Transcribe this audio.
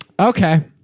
okay